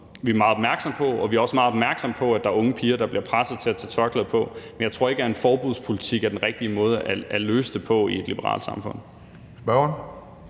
vi er meget opmærksomme på, og vi er også meget opmærksomme på, at der er unge piger, der bliver presset til at tage tørklæde på. Men jeg tror ikke, at en forbudspolitik er den rigtige måde at løse det på i et liberalt samfund. Kl.